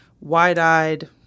wide-eyed